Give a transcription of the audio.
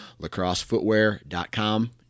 lacrossefootwear.com